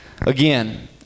Again